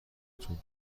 تون